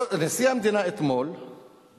נשיא המדינה אמר